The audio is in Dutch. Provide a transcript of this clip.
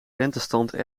rentestand